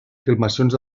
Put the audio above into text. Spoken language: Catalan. filmacions